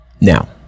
Now